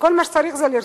כל מה שצריך זה לרצות.